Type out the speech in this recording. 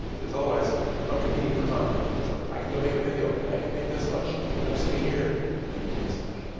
cause otherwise i'm competing for time. it's like i could go make a video, and i could make this much, but i'm sitting here and i'm making this much.